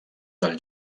del